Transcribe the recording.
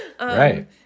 Right